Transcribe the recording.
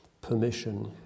permission